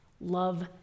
love